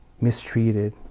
mistreated